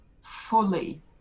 fully